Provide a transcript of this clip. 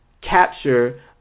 capture